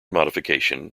modification